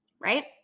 right